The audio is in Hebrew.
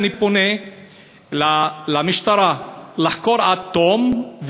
אני פונה למשטרה לחקור עד תום,